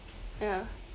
ya